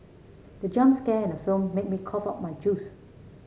the jump scare in the film made me cough out my juice